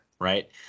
right